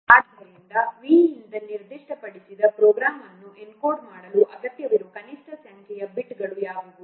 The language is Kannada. ಆದ್ದರಿಂದ V ಯಿಂದ ನಿರ್ದಿಷ್ಟಪಡಿಸಿದ ಪ್ರೋಗ್ರಾಂ ಅನ್ನು ಎನ್ಕೋಡ್ ಮಾಡಲು ಅಗತ್ಯವಿರುವ ಕನಿಷ್ಠ ಸಂಖ್ಯೆಯ ಬಿಟ್ಗಳು ಯಾವುವು